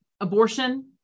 abortion